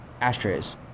ashtrays